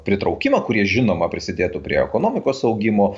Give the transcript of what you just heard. pritraukimą kurie žinoma prisidėtų prie ekonomikos augimo